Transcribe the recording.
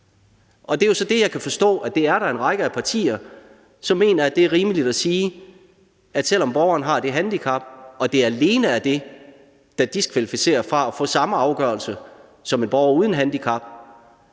har et handicap. Jeg kan så forstå, at der er en række partier, som mener, at selv om borgeren har det handicap og det alene er det, der diskvalificerer fra at få samme afgørelse som en borger uden handicap,